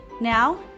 Now